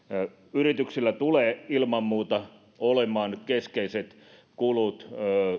yrityksillä kulut tulevat ilman muuta olemaan nyt keskeiset